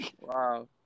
Wow